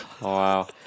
Wow